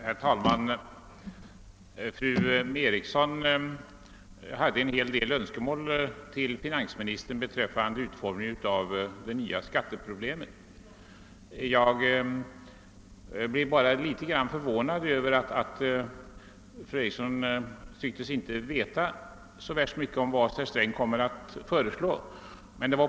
Herr talman! Fru Eriksson i Stockholm framställde en hel del önskemål till finansministern beträffande utformningen av det nya skattesystemet. Jag förvånades emellertid något över att fru Eriksson inte tycktes veta så värst mycket om vad herr Sträng kommer att föreslå.